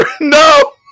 No